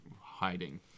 hiding